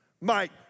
Mike